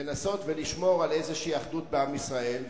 לנסות ולשמור על איזושהי אחדות בעם ישראל.